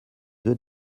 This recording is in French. deux